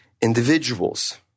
individuals